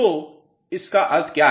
तो इसका अर्थ क्या है